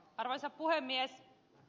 arvoisa puhemies